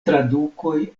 tradukoj